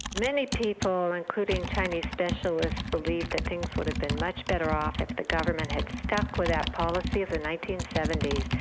many people, including chinese specialists believed that things would have been much better off if the government had stuck with that policy of the nineteen seventy s.